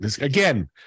again